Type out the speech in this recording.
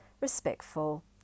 respectful